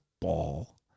ball